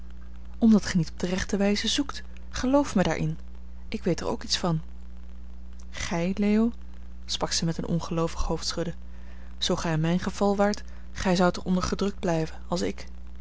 omdat gij niet op de rechte wijze zoekt geloof mij daarin ik weet er ook iets van gij leo sprak zij met een ongeloovig hoofdschudden zoo gij in mijn geval waart gij zoudt er onder gedrukt blijven als ik